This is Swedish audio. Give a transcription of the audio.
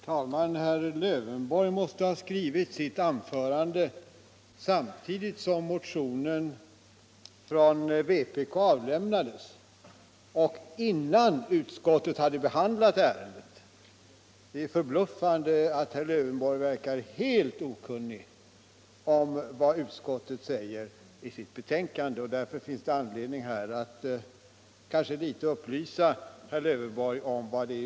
Herr talman! Herr Lövenborg måste ha skrivit sitt anförande samtidigt som motionen från vpk avlämnades och innan utskottet hade behandlat ärendet. Det är förbluffande att herr Lövenborg verkar helt okunnig om vad utskottet säger i sitt betänkande, och därför finns det kanske anledning att något upplysa herr Lövenborg om detta.